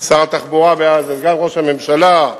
שר התחבורה דאז וסגן ראש הממשלה,